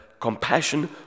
compassion